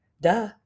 Duh